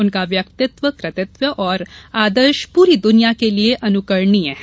उनका व्यक्तित्व कृतित्व और आदर्श पूरी दुनिया के लिये अनुकरणीय है